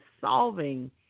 solving